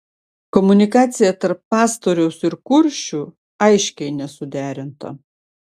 komunikacija tarp pastoriaus ir kuršių aiškiai nesuderinta